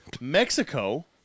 Mexico